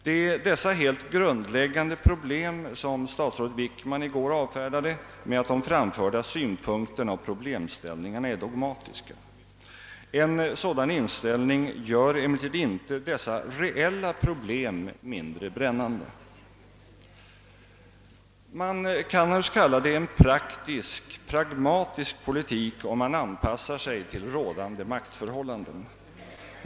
Det är dessa helt grundläggande problem som statsrådet Wickman i går avfärdade med att de framförda synpunkterna och problemställningarna är dogmatiska. En sådan inställning gör emellertid inte dessa reella problem mindre brännande. Man kan naturligtvis kalla det en »praktisk, pragmatisk politik» om man anpassar sig till rådande maktförhållanden.